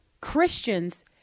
Christians